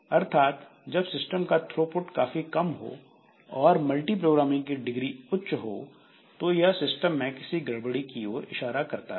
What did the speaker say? अर्थात जब सिस्टम का थ्रोपुट काफी कम हो और मल्टीप्रोग्रामिंग की डिग्री उच्च हो तो यह सिस्टम में किसी गड़बड़ी की ओर इशारा करता है